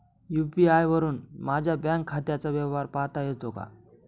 UPI वरुन माझ्या bank खात्याचा व्यवहार पाहता येतो का?